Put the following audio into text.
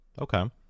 okay